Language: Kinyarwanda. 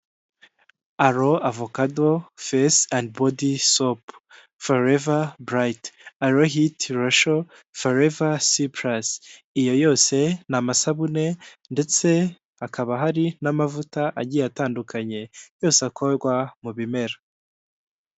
Aloe Avocado, Face and Body Soap, Foreva Burayiti, Alo Hiti, Foreva C Plus, iyo yose ni amasabune, ndetse hakaba hari n'amavuta agiye atandukanye, yose akorwa mu bimera.